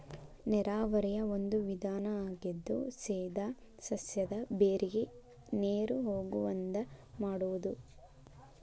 ನೇರಾವರಿಯ ಒಂದು ವಿಧಾನಾ ಆಗಿದ್ದು ಸೇದಾ ಸಸ್ಯದ ಬೇರಿಗೆ ನೇರು ಹೊಗುವಂಗ ಮಾಡುದು